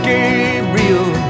Gabriel